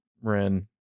Ren